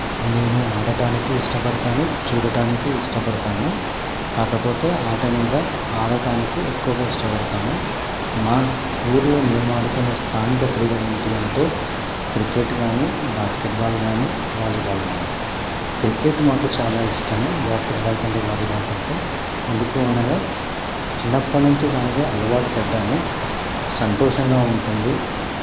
నేను ఆడటానికి ఇష్టపడతాను చూడటానికి ఇష్టపడతాను కాకపోతే ఆట మీద ఆడటానికి ఎక్కువగా ఇష్టపడతాను మాస్ ఊళ్ళో మేము ఆడుకునే స్థానిక క్రీడలు ఏంటి అంటే క్రికెట్ కానీ బాస్కెట్బాల్ కానీ వాలీబాల్ కానీ క్రికెట్ మాకు చాలా ఇష్టము బాస్కెట్బాల్ కంటే వాలీబాల్ కంటే ఎందుకు అనగా చిన్నప్పటి నుంచి దానికే అలవాటు పడ్డాము సంతోషంగా ఉంటుంది